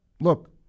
look